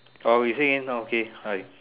oh we say no okay